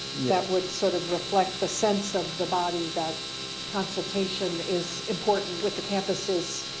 that would sort of reflect the sense of the body that consultation is important with the campuses,